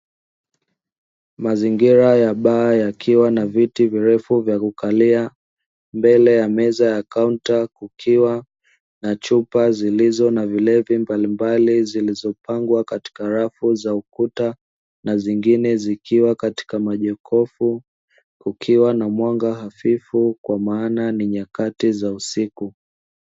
Mazingira ya baa yakiwa na viti virefu vya kukalia, mbele ya meza ya kaunta kukiwa na chupa zilizo na vilevi mbalimbali, zilizopangwa katika rafu za ukuta, na zingine zikiwa katika majokofu; kukiwa na mwanga hafifu kwa maana ni nyakati za usiku.